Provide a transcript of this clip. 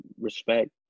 respect